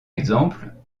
exemple